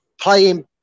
playing